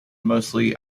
mostly